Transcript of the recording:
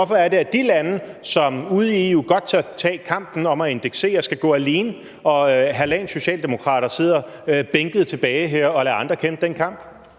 hvorfor skal de lande, der ude i EU godt tør tage kampen om at indeksere, gå alene, mens hr. Leif Lahn Jensens socialdemokrater sidder bænket tilbage her og lader andre kæmpe den kamp?